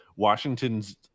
washington's